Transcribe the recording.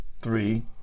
three